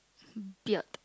beard